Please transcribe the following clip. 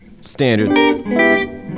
standard